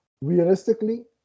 realistically